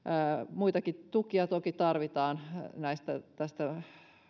muitakin tukia toki tarvitaan tästä